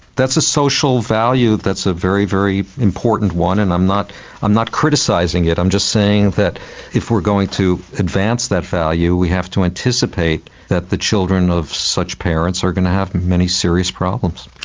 that's a social value that's a very, very important one and i'm not i'm not criticising it, i'm just saying that if we are going to advance that value we have to anticipate that the children of such parents are going to have many serious problems.